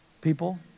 people